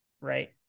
right